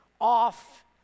off